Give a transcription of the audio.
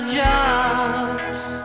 jobs